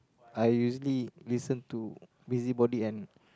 I usually listen to busybody and